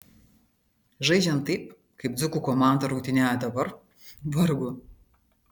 žaidžiant taip kaip dzūkų komanda rungtyniauja dabar vargu